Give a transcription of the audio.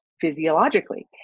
physiologically